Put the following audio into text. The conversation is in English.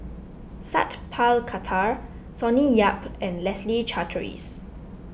Sat Pal Khattar Sonny Yap and Leslie Charteris